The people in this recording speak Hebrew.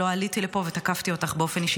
לא עליתי לפה ותקפתי אותך באופן אישי.